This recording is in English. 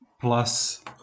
plus